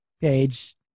page